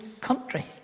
country